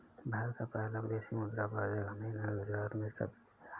भारत का पहला विदेशी मुद्रा बाजार गांधीनगर गुजरात में स्थापित किया गया है